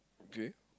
okay